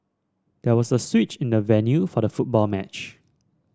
there was a switch in the venue for the football match